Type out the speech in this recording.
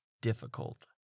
difficult